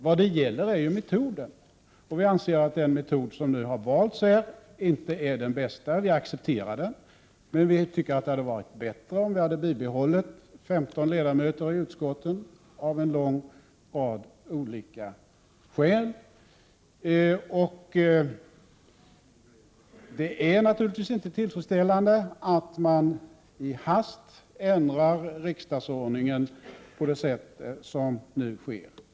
Vad saken gäller är ju metoden. Vi anser att den metod som nu har valts inte är den bästa. Vi accepterar den, men vi tycker av en lång rad olika skäl att det hade varit bättre om vi hade bibehållit 15 ledamöter i utskotten. Det är naturligtvis inte heller tillfredsställande att man i hast ändrar Prot. 1988/89:5 riksdagsordningen på det sätt som nu sker.